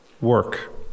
work